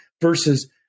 versus